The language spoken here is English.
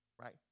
Right